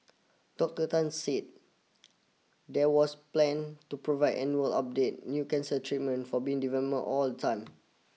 Doctor Tan said there was plan to provide annual update new cancer treatment for being developed all the time